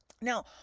now